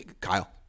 Kyle